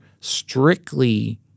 strictly